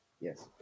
Yes